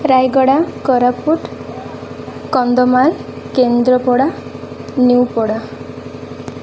Rayagada Koraput Kandhamal Kendrapara Nuapada